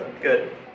Good